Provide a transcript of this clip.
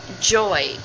joy